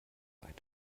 weiter